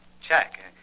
Check